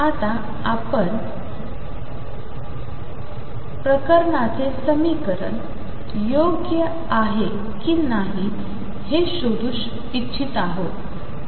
तर आता आपण या प्रकारचे समीकरणात योग्य आहे की नाही हे शोधू इच्छित आहोत